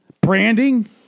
Branding